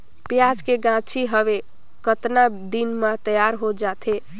पियाज के गाछी हवे कतना दिन म तैयार हों जा थे?